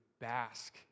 bask